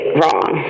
wrong